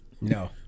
No